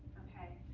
ok?